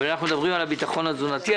אבל אנחנו מדברים על הביטחון התזונתי.